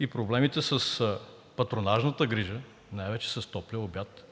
и проблемите с патронажната грижа, най-вече с топлия обяд,